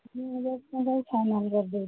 ତିନି ହଜାର ଟଙ୍କା ହି ଫାଇନାଲ୍ କରିଦେଉଛି